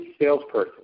salesperson